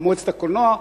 מועצת הקולנוע,